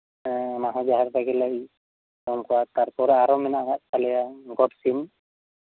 ᱦᱮᱸ ᱚᱱᱟᱦᱚᱸ ᱡᱟᱸᱦᱮᱨ ᱠᱷᱚᱱ ᱜᱮᱞᱮ ᱛᱟᱨᱯᱚᱨᱮ ᱟᱨᱚ ᱢᱮᱱᱟᱜ ᱠᱟᱜ ᱛᱟᱞᱮᱭᱟ ᱜᱚᱴ ᱥᱤᱢ